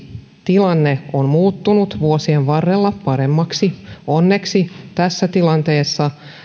tilanne on muuttunut vuosien varrella paremmaksi onneksi tässä tilanteessa